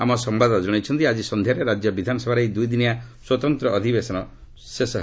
ଆମ ସମ୍ଘାଦଦାତା ଜଣାଇଛନ୍ତି ଆଜି ସନ୍ଧ୍ୟାରେ ରାଜ୍ୟ ବିଧାନସଭାର ଏହି ଦୁଇଦିନିଆ ସ୍ୱତନ୍ତ ଅଧିବେଶନ ଶେଷ ହେବ